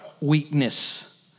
weakness